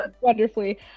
wonderfully